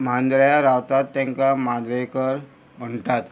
मांद्रा रावतात तांकां माद्रेकर म्हणटात